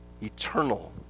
eternal